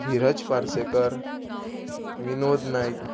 Dhiraj Parsekar Vinod Naik